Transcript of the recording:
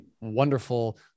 wonderful